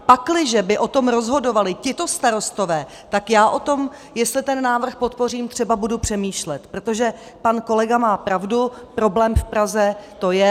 Pakliže by o tom rozhodovali tito starostové, tak já o tom, jestli ten návrh podpořím, třeba budu přemýšlet, protože pan kolega má pravdu, problém v Praze to je.